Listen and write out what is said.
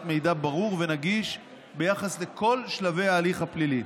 מידע ברור ונגיש ביחס לכל שלבי ההליך הפלילי.